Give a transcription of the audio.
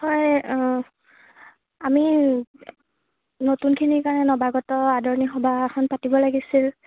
হয় আমি নতুনখিনিৰ কাৰণে নৱাগত আদৰণি সভা এখন পাতিব লাগিছিল